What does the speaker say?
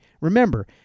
Remember